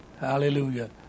hallelujah